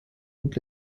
und